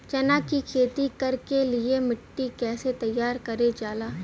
चना की खेती कर के लिए मिट्टी कैसे तैयार करें जाला?